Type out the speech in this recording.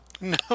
No